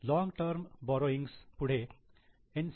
long term borrowings पुढे N